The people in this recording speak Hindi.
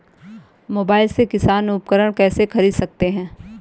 मोबाइल से किसान उपकरण कैसे ख़रीद सकते है?